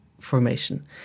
formation